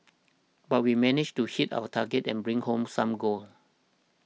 but we managed to hit our target and bring home some gold